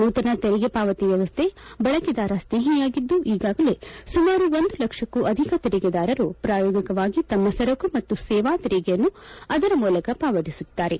ನೂತನ ತೆರಿಗೆ ಪಾವತಿ ವ್ಯವಸ್ಥೆ ಬಳಕೆದಾರ ಸ್ನೇಹಿಯಾಗಿದ್ದು ಈಗಾಗಲೇ ಸುಮಾರು ಒಂದು ಲಕ್ಷಕೂ ಅಧಿಕ ತೆರಿಗೆದಾರರು ಪ್ರಾಯೋಗಿಕವಾಗಿ ತಮ್ಮ ಸರಕು ಮತ್ತು ಸೇವಾ ತೆರಿಗೆಯನ್ನು ಅದರ ಮೂಲಕ ಪಾವತಿಸುತ್ತಿದ್ದಾರೆ